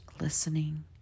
listening